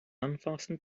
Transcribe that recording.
unfastened